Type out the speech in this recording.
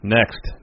Next